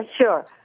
sure